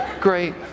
Great